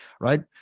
Right